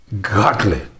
godly